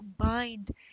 combined